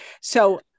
So-